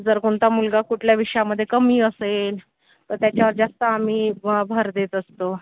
जर कोणता मुलगा कुठल्या विषयामध्ये कमी असेल तर त्याच्यावर जास्त आम्ही भ भर देत असतो